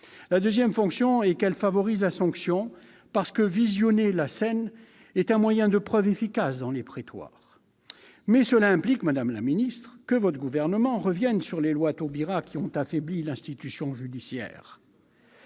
La seconde fonction est de favoriser la sanction. En effet, visionner la scène est un moyen de preuve efficace dans les prétoires. Cela implique toutefois, madame la ministre, que le Gouvernement revienne sur les lois Taubira qui ont affaibli l'institution judiciaire.